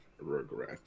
regret